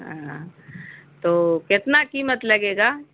اہاں تو کتنا قیمت لگے گا